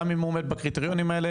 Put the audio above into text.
גם אם הוא עומד בקריטריונים האלה,